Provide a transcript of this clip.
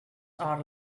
are